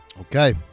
Okay